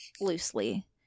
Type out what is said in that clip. Loosely